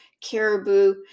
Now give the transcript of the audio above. caribou